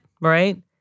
right